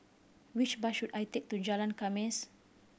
which bus should I take to Jalan Khamis